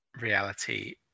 reality